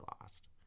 lost